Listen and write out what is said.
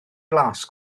blas